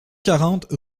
quarante